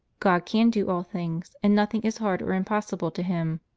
god can do all things, and nothing is hard or impossible to him.